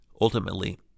Ultimately